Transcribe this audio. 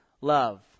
love